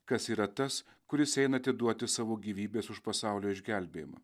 kas yra tas kuris eina atiduoti savo gyvybės už pasaulio išgelbėjimą